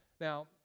Now